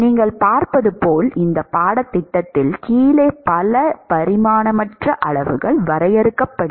நீங்கள் பார்ப்பது போல இந்த பாடத்திட்டத்தில் கீழே பல பரிமாணமற்ற அளவுகள் வரையறுக்கப்படும்